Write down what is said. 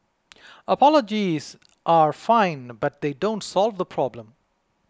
apologies are fine but they don't solve the problem